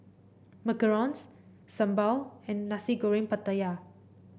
macarons sambal and Nasi Goreng Pattaya